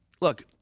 Look